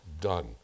done